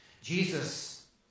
Jesus